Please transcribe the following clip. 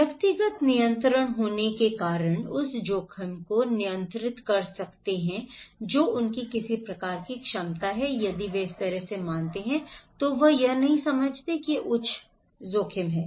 व्यक्तिगत नियंत्रण होने के कारण वे उस जोखिम को नियंत्रित कर सकते हैं जो उनकी किसी प्रकार की क्षमता है यदि वे इस तरह से मानते हैं तो वे यह नहीं समझते हैं कि यह एक उच्च जोखिम है